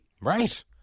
right